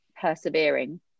persevering